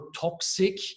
toxic